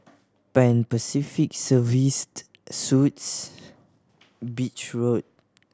Pan Pacific Serviced Suites Beach Road